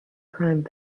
crime